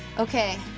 okay.